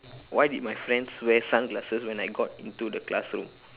why did my friends wear sunglasses when I got into the classroom